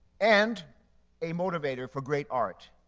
and a motivator for great art.